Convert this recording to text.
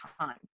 time